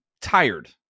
tired